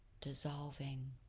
Dissolving